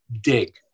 dig